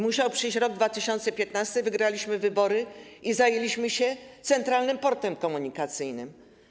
Musiał przyjść rok 2015, wygraliśmy wybory i zajęliśmy się Centralnym Portem Komunikacyjnym.